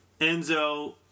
Enzo